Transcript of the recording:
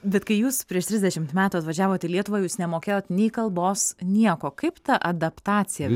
bet kai jūs prieš trisdešimt metų atvažiavot į lietuvą jūs nemokėjot nei kalbos nieko kaip ta adaptacija